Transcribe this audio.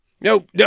Nope